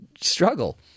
struggle